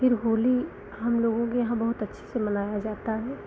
फिर होली हम लोगों के यहाँ बहुत अच्छे से मनाया जाता है